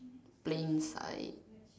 play inside